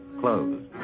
closed